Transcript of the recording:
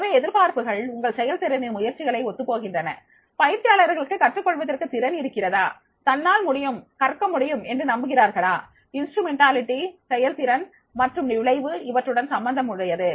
எனவே எதிர்பார்ப்புகள் உங்கள் செயல் திறனின் முயற்சிகளை ஒத்துப்போகின்றன பயிற்சியாளருக்கு கற்றுக்கொள்வதற்கு திறன் இருக்கிறதா தன்னால் முடியும் கற்க முடியும் என்று நம்புகிறார்களா கருவி செயல்திறன் மற்றும் விளைவு இவற்றுடன் சம்பந்தம் உடையது